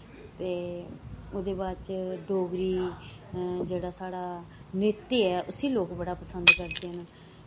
ते ओह्दे बाद च डोगरी जेह्ड़ा साढ़ा नृत्य ऐ उसी लोग बड़ा पसंद करदे न